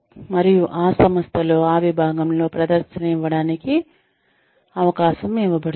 మరియు ఆ సంస్థలో ఆ విభాగంలో ప్రదర్శన ఇవ్వడానికి అవకాశం ఇవ్వబడుతుంది